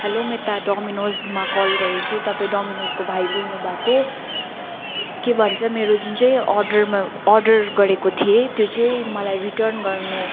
hello म यता डोमिनोसमा कल गरेको छु तपाईँ डोमिनसको भाइ बोल्नुभएको के भन्छ मेरो जुन चाहिँ अर्डरमा अर्डर गरेको थिएँ त्यो चाहिँ मलाई रिटर्न गर्नु